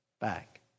back